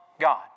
God